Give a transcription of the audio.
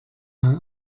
weil